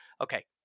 okay